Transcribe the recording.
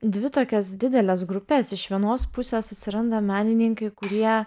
dvi tokias dideles grupes iš vienos pusės atsiranda menininkai kurie